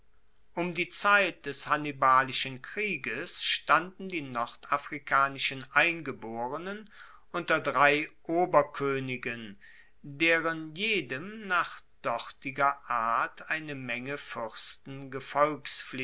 um die zeit des hannibalischen krieges standen die nordafrikanischen eingeborenen unter drei oberkoenigen deren jedem nach dortiger art eine menge fuersten